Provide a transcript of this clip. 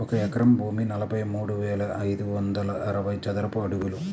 ఒక ఎకరం భూమి నలభై మూడు వేల ఐదు వందల అరవై చదరపు అడుగులు